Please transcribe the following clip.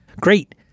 Great